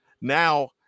Now